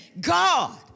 God